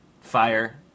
fire